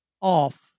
off